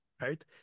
right